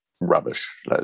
rubbish